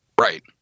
Right